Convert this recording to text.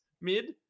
mid